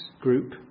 group